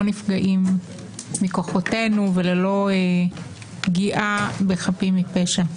נפגעים מכוחותינו וללא פגיעה בחפים מפשע.